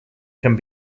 can